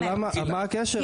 אבל למה, מה הקשר?